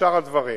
ושאר הדברים.